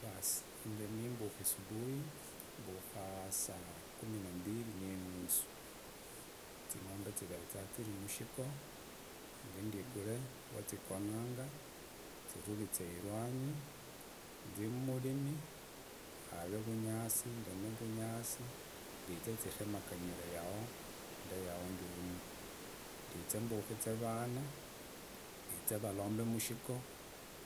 Basi inze nimbuku asubuhi, mbuka saa kumi na mbili ni nusu, zingombe ziveza zikere mkego nze nzigure wazigona nzituse ichora nze mreme ngave uvunyasi, ndeme uvunyasi, nzize nzitetemere yao ndeo yao nzize mbukize avana vaze varombe mkego